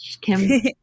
Kim